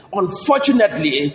unfortunately